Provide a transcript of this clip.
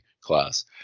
class